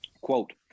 quote